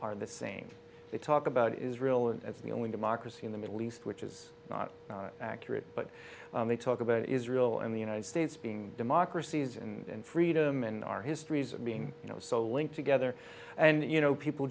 are the same they talk about israel and as the only democracy in the middle east which is not accurate but they talk about israel and the united states being democracies and freedom and our histories being you know so linked together and you know people